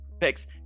next